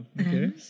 okay